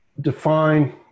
define